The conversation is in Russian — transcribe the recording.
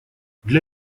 для